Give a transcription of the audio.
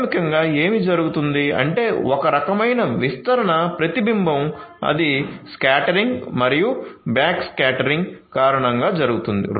ప్రాథమికంగా ఏమి జరుగుతుంది అంటే ఒక రకమైన విస్తరణ ప్రతిబింబం అది స్కాటరింగ్ మరియు బ్యాక్స్కాటరింగ్ కారణంగా జరుగుతుంది